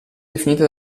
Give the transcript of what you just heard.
definite